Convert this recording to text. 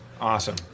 Awesome